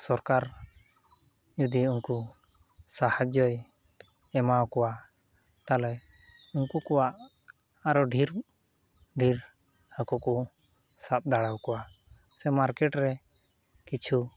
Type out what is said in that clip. ᱥᱚᱨᱠᱟᱨ ᱡᱚᱫᱤ ᱩᱱᱠᱩ ᱥᱟᱦᱟᱡᱽᱡᱚᱭ ᱮᱢᱟᱠᱚᱣᱟ ᱛᱟᱦᱚᱞᱮ ᱩᱱᱠᱚ ᱠᱚᱣᱟᱜ ᱟᱨ ᱰᱷᱮᱨ ᱰᱷᱮᱨ ᱦᱟᱹᱠᱩ ᱠᱚ ᱥᱟᱵᱽ ᱫᱟᱲᱮᱭᱟ ᱠᱚᱣᱟ ᱥᱮ ᱢᱟᱨᱠᱮᱴᱨᱮ ᱠᱤᱪᱷᱩ